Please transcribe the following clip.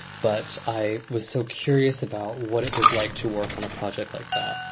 but i was so curious about what it was like to work on a project like that.